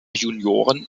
junioren